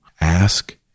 ask